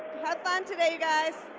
have fun today, you guys!